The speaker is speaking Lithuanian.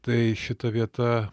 tai šita vieta